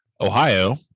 Ohio